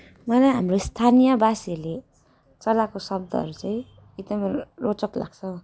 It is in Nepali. मलाई हाम्रो स्थानीयवासीहरूले चलाएको शब्दहरू चाहिँ एकदमै रोचक लाग्छ